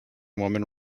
woman